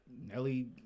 Nelly